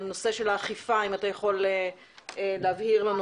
על נושא האכיפה אם אתה יכול להבהיר לנו